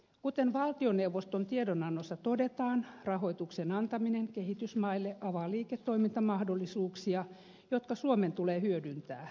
kuten valtioneuvoston tiedonannossa todetaan rahoituksen antaminen kehitysmaille avaa liiketoimintamahdollisuuksia jotka suomen tulee hyödyntää